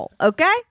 okay